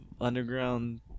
underground